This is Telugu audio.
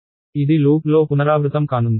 ఇది లూప్లో పునరావృతం కానుంది